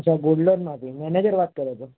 અચ્છા ગોલ્ડ લોનમાંથી મેનેજર વાત કરો છો